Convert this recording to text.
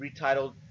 retitled